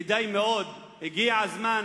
כדאי מאוד והגיע הזמן